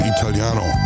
Italiano